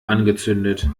angezündet